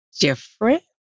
different